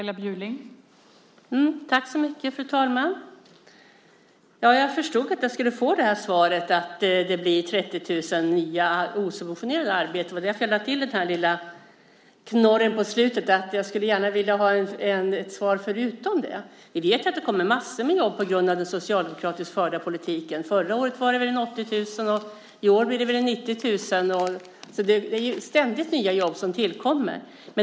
Fru talman! Jag förstod att jag skulle få svaret att det blir 30 000 nya osubventionerade arbeten. Det var därför jag lade till den lilla knorren att jag gärna skulle vilja ha ett svar utan det. Vi vet att det kommer massor av jobb på grund av den socialdemokratiskt förda politiken. Förra året var det 80 000. I år blir det nog 90 000. Det tillkommer ständigt nya jobb.